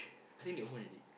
I think they open already